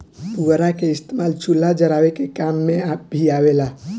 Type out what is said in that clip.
पुअरा के इस्तेमाल चूल्हा जरावे के काम मे भी आवेला